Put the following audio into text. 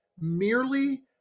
merely